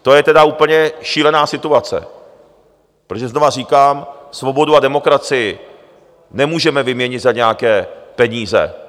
To je tedy úplně šílená situace, protože znova říkám, svobodu a demokracii nemůžeme vyměnit za nějaké peníze.